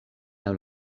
laŭ